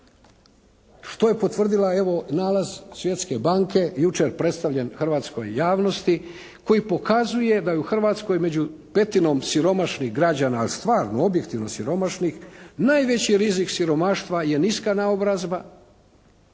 što je potvrdio evo nalaz Svjetske banke jučer predstavljen hrvatskoj javnosti, koji pokazuje da je u Hrvatskoj među petinom siromašnih građana stvarno, objektivno siromašnih najveći rizik siromaštva je niska naobrazba,